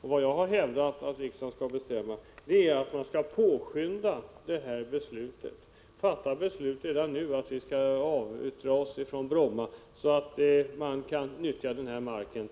Jag har hävdat att vad riksdagen skall göra är att påskynda ett beslut — vi skall redan nu fatta beslut om att avyttra Bromma, så att marken kan nyttjas